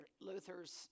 Luther's